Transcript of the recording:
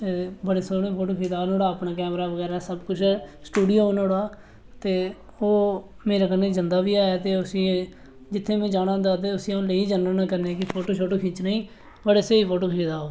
बडे़ सुने फोटू खिचदा नुआढ़ा अपना कैमरा बगैरा सबकिश ऐ स्टूडियो ऐ नुआढ़ा ते ओह् मेरे कन्नै जंदा बी ऐ ते जित्थै में जाना होंदा उसी लेई जन्ना होन्ना कन्नै कि फोटू शोटू खिच्चने गी बडे़ स्हेई फोटू खिचदा ओह्